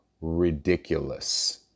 ridiculous